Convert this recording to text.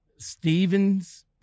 Stevens